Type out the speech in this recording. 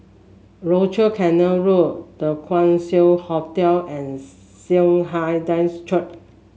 Rochor Canal Road The Keong Saik Hotel and Saint Hilda's Church